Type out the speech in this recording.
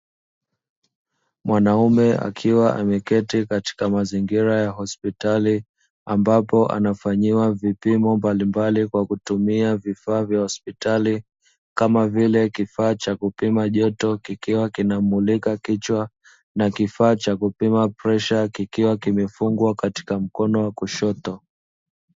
Mwanaume akiwa ameketi katika mazingira ya hospitali ambapo anafanyiwa vipimo mbalimbali kwa kutumia vifaa vya hospitali kama vile kifaa cha kupima joto kikiwa kina mmulika kichwa na kifaa cha kupima presha kikiwa kimefungwa katika mkono wa kushoto.